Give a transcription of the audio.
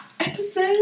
Episode